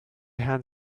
hand